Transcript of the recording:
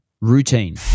routine